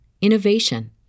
innovation